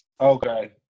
Okay